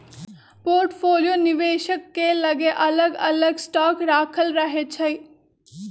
portfolio निवेशक के लगे अलग अलग स्टॉक राखल रहै छइ